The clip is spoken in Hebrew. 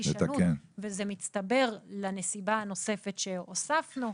הישנות וזה מצטבר לנסיבה הנוספת שהוספנו.